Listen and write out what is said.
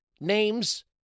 names